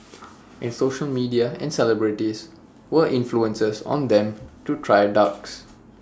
and social media and celebrities were influences on them to try drugs